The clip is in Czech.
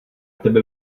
tebe